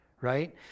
right